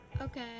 Okay